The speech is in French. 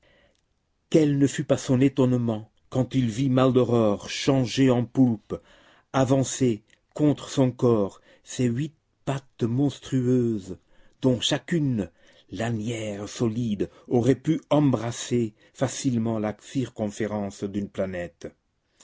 quel ne fut pas son étonnement quand il vit maldoror changé en poulpe avancer contre son corps ses huit pattes monstrueuses dont chacune lanière solide aurait pu embrasser facilement la circonférence d'une planète